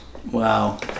Wow